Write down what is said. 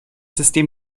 system